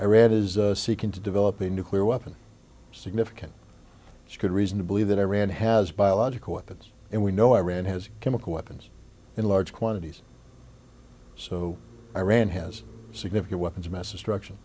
iran is seeking to develop a nuclear weapon significant good reason to believe that iran has biological weapons and we know iran has chemical weapons in large quantities so iran has significant weapons of mass destruction